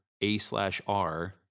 A-slash-R